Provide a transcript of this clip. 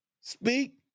speak